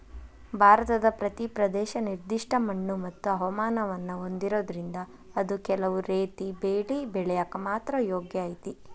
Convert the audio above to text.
ಭಾರತದ ಪ್ರತಿ ಪ್ರದೇಶ ನಿರ್ದಿಷ್ಟ ಮಣ್ಣುಮತ್ತು ಹವಾಮಾನವನ್ನ ಹೊಂದಿರೋದ್ರಿಂದ ಅದು ಕೆಲವು ರೇತಿ ಬೆಳಿ ಬೆಳ್ಯಾಕ ಮಾತ್ರ ಯೋಗ್ಯ ಐತಿ